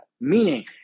meaning